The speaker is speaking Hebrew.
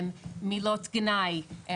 מילות גנאי,